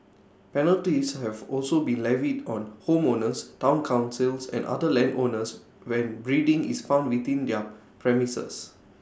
penalties have also been levied on homeowners Town councils and other landowners when breeding is found within their premises